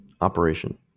operation